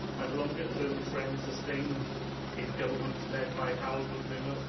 and longer term trend sustained in governments led by harold macmillan,